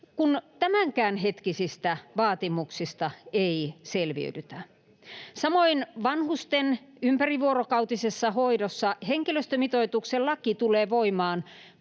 kun tämänhetkisistäkään vaatimuksista ei selviydytä. Samoin vanhusten ympärivuorokautisessa hoidossa henkilöstömitoituslaki tulee voimaan